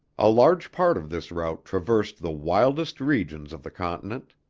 a large part of this route traversed the wildest regions of the continent.